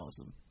awesome